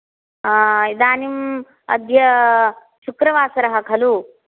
इदानिं अद्य शुक्रवासरः खलु